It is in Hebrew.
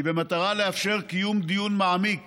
אדוני יושב-ראש, כי במטרה לאפשר קיום דיון מעמיק